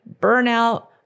burnout